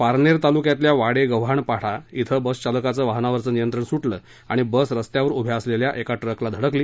पारनेर तालुक्यातल्या वाडेगव्हाण फाटा इथं बसचालकाचं वाहनावरचं नियंत्रण सुटलं आणि बस रस्त्यावर उभ्या असलेल्या एका ट्रकला धडकली